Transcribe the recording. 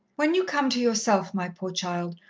when you come to yourself, my poor child,